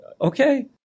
okay